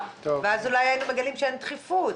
ואז אולי היינו מגלים שאין דחיפות.